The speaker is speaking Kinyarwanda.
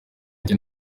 kuko